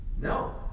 no